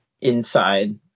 inside